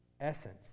essence